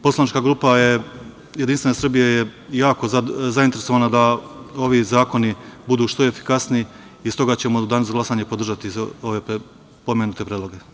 Poslanička grupa Jedinstvene Srbije je jako zainteresovana da ovi zakoni budu što efikasniji i stoga ćemo u danu za glasanje podržati ove pomenute predloge.